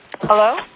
Hello